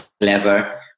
clever